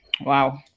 Wow